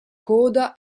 coda